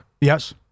Yes